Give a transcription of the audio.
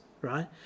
right